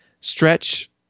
stretch